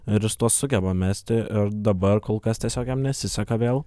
ir jis tuos sugeba mesti ir dabar kol kas tiesiog jam nesiseka vėl